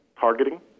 targeting